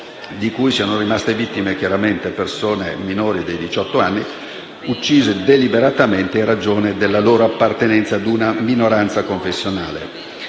di cui siano rimaste vittime persone con meno di diciotto anni, uccise deliberatamente in ragione della loro appartenenza ad una minoranza confessionale.